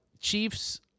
Chiefs